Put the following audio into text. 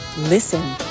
Listen